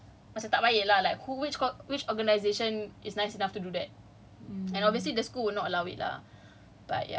but they have to wait one whole semester for us to continue working again which is macam tak baik lah like who which which organisation is nice enough to do that